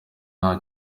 nta